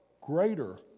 greater